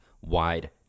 wide